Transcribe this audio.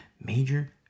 major